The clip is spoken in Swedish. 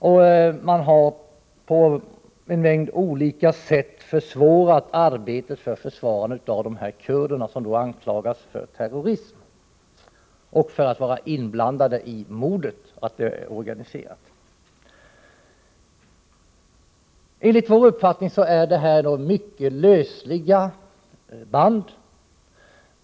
Och man har på en mängd olika sätt försvårat arbetet för försvarandet av dessa kurder, som anklagas för terrorism, för att vara inblandade i mordet och för att ha organiserat det. Enligt vår uppfattning finns här mycket lösliga band.